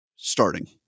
starting